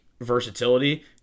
versatility